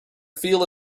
feel